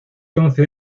once